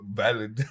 valid